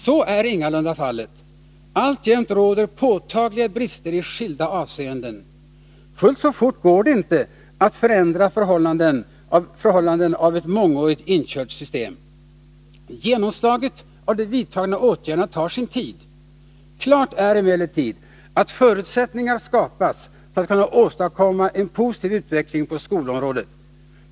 Så är ingalunda fallet — alltjämt råder påtagliga brister i skilda avseenden. Fullt så fort går det inte att förändra förhållandena när det gäller ett mångårigt inkört system. Genomslaget av de vidtagna åtgärderna tar sin tid. Klart är emellertid att förutsättningar skapas för en positiv utveckling på skolområdet.